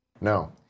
No